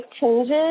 changes